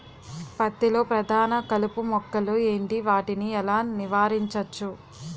పత్తి లో ప్రధాన కలుపు మొక్కలు ఎంటి? వాటిని ఎలా నీవారించచ్చు?